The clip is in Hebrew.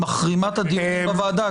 מחרימה את הדיונים בוועדה,